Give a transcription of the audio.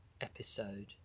episode